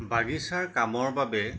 বাগিচাৰ কামৰ বাবে